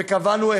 וקבענו,